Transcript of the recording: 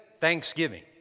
thanksgiving